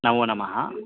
नमोनमः